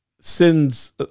sins